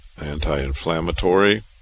anti-inflammatory